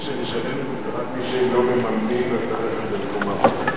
מי שמשלם את זה הוא רק מי שלא מממנים לו את הרכב ממקום העבודה.